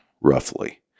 roughly